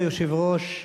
אדוני היושב-ראש,